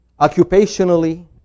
Occupationally